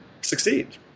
succeed